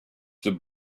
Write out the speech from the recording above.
the